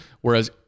Whereas